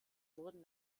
wurden